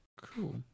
Cool